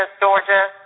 Georgia